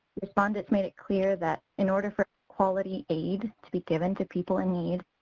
respondents made it clear that in order for quality aid to be given to people in need,